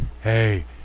Hey